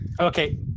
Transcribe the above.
Okay